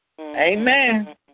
Amen